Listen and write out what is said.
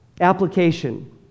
Application